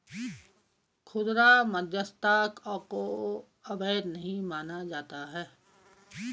खुदरा मध्यस्थता को अवैध नहीं माना जाता है